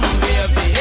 baby